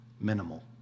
minimal